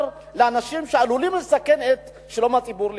לאנשים שעלולים לסכן את שלום הציבור להיכנס?